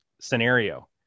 scenario